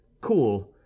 cool